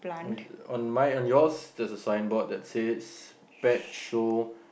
oh on mine on yours there's a signboard that says pet show